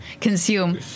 consume